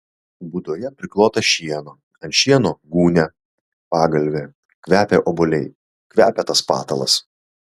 būdoje priklota šieno ant šieno gūnia pagalvė kvepia obuoliai kvepia tas patalas